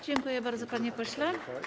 Dziękuję bardzo, panie pośle.